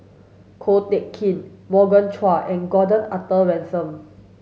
Ko Teck Kin Morgan Chua and Gordon Arthur Ransome